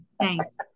thanks